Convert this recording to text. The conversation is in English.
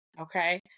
okay